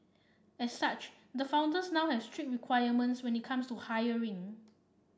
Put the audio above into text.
as such the founders now has strict requirements when it comes to hiring